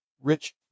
Rich